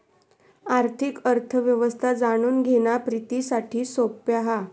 आर्थिक अर्थ व्यवस्था जाणून घेणा प्रितीसाठी सोप्या हा